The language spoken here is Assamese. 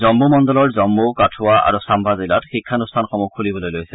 জম্মু মণ্ডলৰ জম্মু কাথুৱা আৰু চাম্বা জিলাত শিক্ষানুঠানসমূহ খুলিবলৈ লৈছে